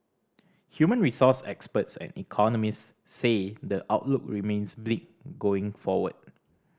human resource experts and economists say the outlook remains bleak going forward